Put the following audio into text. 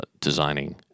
designing